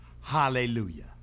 hallelujah